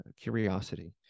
curiosity